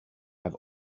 have